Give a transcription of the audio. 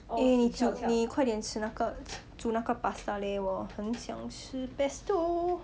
eh 你煮你快点吃那个煮那个 pasta leh 我很想吃 pesto